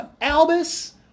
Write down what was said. Albus